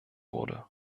wurde